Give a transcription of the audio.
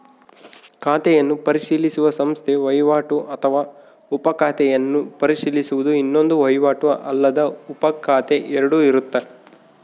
ಖಾತೆಯನ್ನು ಪರಿಶೀಲಿಸುವ ಸಂಸ್ಥೆ ವಹಿವಾಟು ಅಥವಾ ಉಪ ಖಾತೆಯನ್ನು ಪರಿಶೀಲಿಸುವುದು ಇನ್ನೊಂದು ವಹಿವಾಟು ಅಲ್ಲದ ಉಪಖಾತೆ ಎರಡು ಇರುತ್ತ